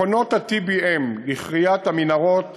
מכונות ה-TBM לכריית המנהרות